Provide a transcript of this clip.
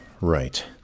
right